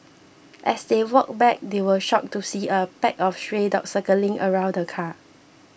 as they walked back they were shocked to see a pack of stray dogs circling around the car